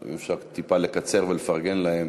אם אפשר טיפה לקצר ולפרגן להם,